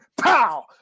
pow